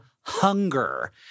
Hunger